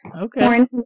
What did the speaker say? okay